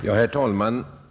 Herr talman!